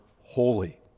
holy